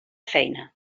feina